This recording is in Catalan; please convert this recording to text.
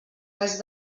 res